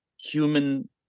human